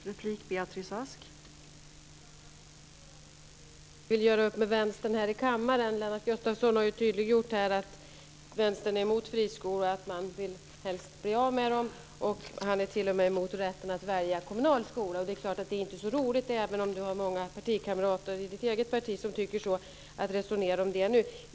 Fru talman! Jag förstår att skolministern vill göra upp med Vänstern här i kammaren. Lennart Gustavsson har ju tydliggjort här att Vänstern är emot friskolor och att man helst vill bli av med dem. Han är t.o.m. emot rätten att välja kommunal skola. Det är klart att det inte är så roligt att resonera om det nu, även om skolministern har många kamrater i sitt eget parti som tycker så.